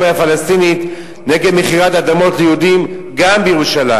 הפלסטינית נגד מכירת אדמות ליהודים גם בירושלים,